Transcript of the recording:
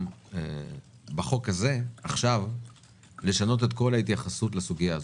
בחוק הזה לשנות את כל ההתייחסות לסוגיה.